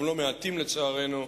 גם לא מעטים לצערנו,